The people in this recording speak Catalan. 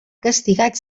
castigat